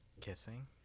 kissing